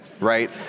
right